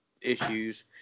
issues